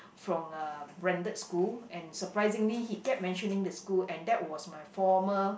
from a branded school and surprisingly he kept mentioning the school and that was my former